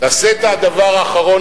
תעשה את הדבר האחרון,